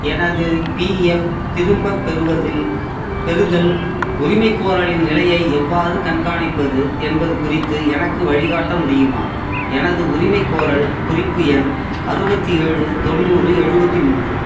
எனது பிஎஃப் திரும்பப் பெறுவதில் பெறுதல் உரிமைக்கோரலின் நிலையை எவ்வாறு கண்காணிப்பது என்பது குறித்து எனக்கு வழிகாட்ட முடியுமா எனது உரிமைக்கோரல் குறிப்பு எண் அறுபத்தி ஏழு தொண்ணூறு எழுபத்தி மூன்று